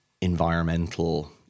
environmental